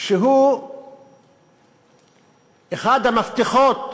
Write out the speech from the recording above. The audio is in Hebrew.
שהוא אחד המפתחות